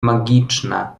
magiczne